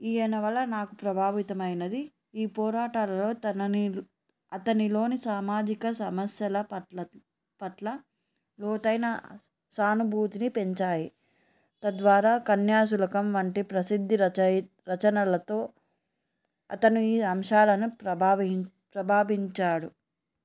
ఈయన వల్ల నాకు ప్రభావితమైనది ఈ పోరాటాలలో తనని అతనిలోని సామాజిక సమస్యల పట్ల పట్ల లోతైన సానుభూతిని పెంచాయి తద్వారా కన్యాశుల్కం వంటి ప్రసిద్ధి రచనలతో అతను ఈ అంశాలను ప్రభావించాడు